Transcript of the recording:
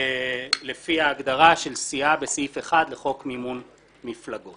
- לפי ההגדרה של סיעה בסעיף 1 לחוק מימון מפלגות.